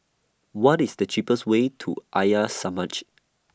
What IS The cheapest Way to Arya Samaj